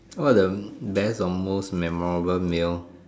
what are the best or most memorable meal